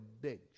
big